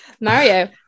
mario